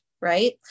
right